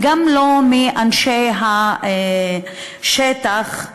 וגם לא מאנשי השטח,